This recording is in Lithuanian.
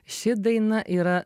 ši daina yra